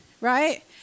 right